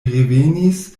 revenis